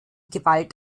gewalt